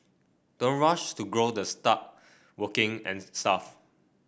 don't rush to grow the start working and stuff